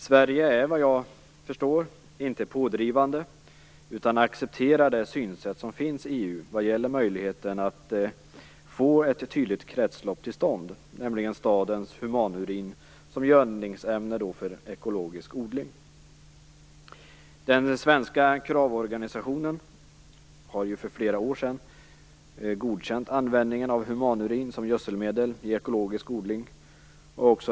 Sverige är vad jag förstår inte pådrivande, utan accepterar det synsätt som finns i EU på möjligheten att få ett tydligt kretslopp till stånd - nämligen stadens humanurin som gödningsämne för ekologisk odling. Den svenska Krav-organisationen har för flera år sedan godkänt användningen av humanurin som gödselmedel i ekologisk odling.